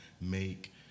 make